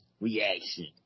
reaction